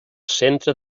centre